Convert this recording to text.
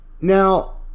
Now